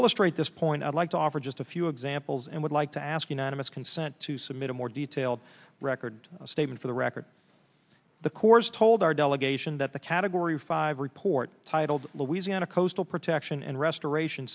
illustrate this point i'd like to offer just a few examples and would like to ask unanimous consent to submit a more detailed record statement for the record the corps told our delegation that the category five report titled louisiana coastal protection and restoration